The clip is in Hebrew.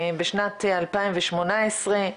בשנת 2018,